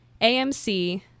AMC